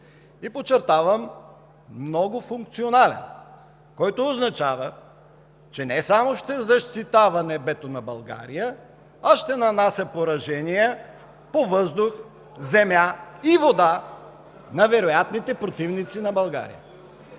И подчертавам: многофункционален, което означава, че не само ще защитава небето на България, а и ще нанася поражения по въздух, земя и вода на вероятните противници на България.